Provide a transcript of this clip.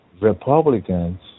Republicans